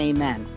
Amen